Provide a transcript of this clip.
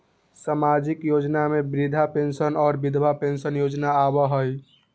सामाजिक योजना में वृद्धा पेंसन और विधवा पेंसन योजना आबह ई?